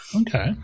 Okay